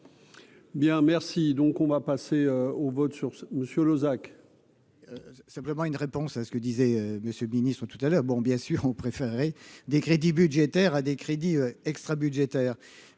Bien, merci, donc on va passer au vote sur ce monsieur Lozach. Simplement une réponse à ce que disait Monsieur le Ministre tout à l'heure, bon bien sûr on préférerait des crédits budgétaires à des crédits extrabudgétaires